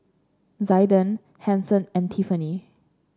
Zaiden Hanson and Tiffani